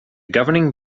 governing